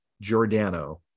giordano